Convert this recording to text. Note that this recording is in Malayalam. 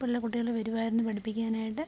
ഇപ്പോഴുള്ള കുട്ടികള് വരുമായിരുന്നു പഠിപ്പിക്കാനായിട്ട്